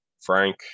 Frank